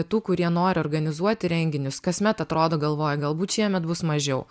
tų kurie nori organizuoti renginius kasmet atrodo galvoji galbūt šiemet bus mažiau